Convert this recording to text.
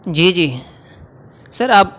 جی جی سر آپ